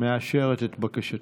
מאשרת את בקשתו.